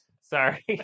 Sorry